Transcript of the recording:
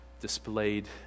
displayed